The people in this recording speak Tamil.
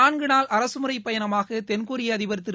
நான்கு நாள் அரகமுறைப் பயணமாக தென்கொரிய அதிபர் திரு